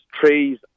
trees